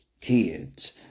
Kids